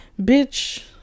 Bitch